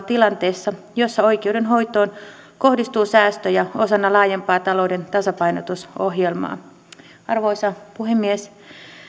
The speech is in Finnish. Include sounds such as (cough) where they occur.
(unintelligible) tilanteessa jossa oikeudenhoitoon kohdistuu säästöjä osana laajempaa talouden tasapainotusohjelmaa arvoisa puhemies